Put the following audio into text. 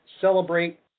celebrate